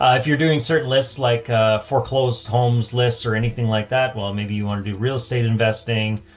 ah if you're doing certain lists, like a foreclosed homes lists or anything like that. well maybe you want to do real estate investing,